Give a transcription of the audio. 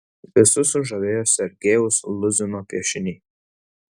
visus sužavėjo sergejaus luzino piešiniai